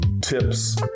tips